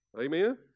Amen